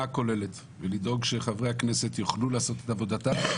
הכוללת ולדאוג שחברי הכנסת יוכלו לעשות את עבודתם.